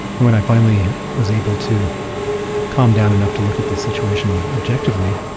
and when i finally was able to calm down enough to look at the situation objectively,